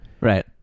Right